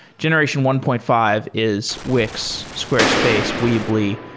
generation one point five is wix, squarespace, weebly,